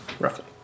roughly